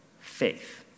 faith